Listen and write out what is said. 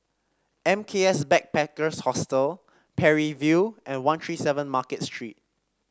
M K S Backpackers Hostel Parry View and One Three Seven Market Street